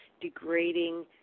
Degrading